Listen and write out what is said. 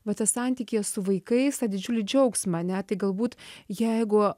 va tą santykį su vaikais tą didžiulį džiaugsmą ane tai galbūt jeigu